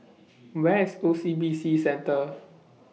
Where IS O C B C Centre